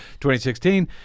2016